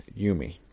yumi